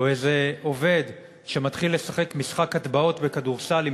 או איזה עובד שמתחיל לשחק משחק הטבעות בכדורסל עם